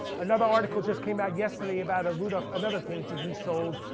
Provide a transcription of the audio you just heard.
another article just came out yesterday about a rudolf, another painting he sold,